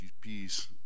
peace